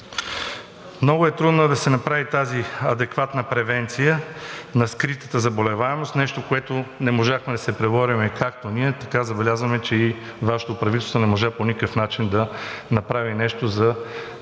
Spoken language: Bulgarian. Много е трудно да се направи тази адекватна превенция на скритата заболеваемост, нещо, с което не можахме да се преборим както ние, така забелязваме, че и Вашето правителство не можа по никакъв начин да направи нещо за излизане